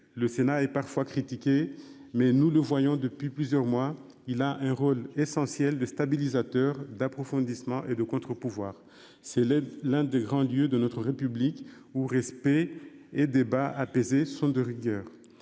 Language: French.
le Sénat est parfois critiqué mais nous ne voyons depuis plusieurs mois, il a un rôle essentiel de stabilisateur d'approfondissement et de contre-pouvoir si elle est l'un des grands lieux de notre République ou respect et débats apaisés sont de rigueur